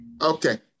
Okay